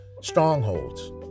Strongholds